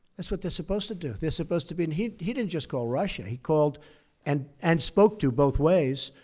that's what they're supposed to do. they're supposed to be and he he didn't just call russia. he called and and spoke to, both ways